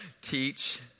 teach